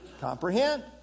comprehend